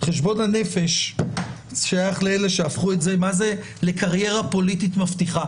חשבון הנפש שייך לאלה שהפכו את זה לקריירה פוליטית מבטיחה.